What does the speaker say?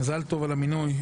מזל טוב על המינוי,